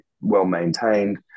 well-maintained